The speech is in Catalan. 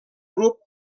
grup